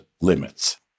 limits